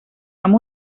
amb